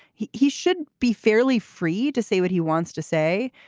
he he should be fairly free to say what he wants to say.